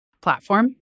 platform